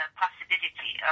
possibility